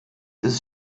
des